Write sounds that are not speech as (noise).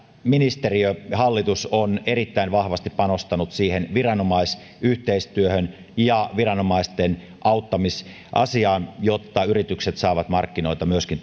ministeriö ja hallitus ovat erittäin vahvasti panostaneet siihen viranomaisyhteistyöhön ja viranomaisten auttamisasiaan jotta yritykset saavat markkinoita myöskin (unintelligible)